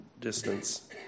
distance